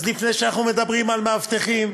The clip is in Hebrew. אז לפני שאנחנו מדברים על מאבטחים,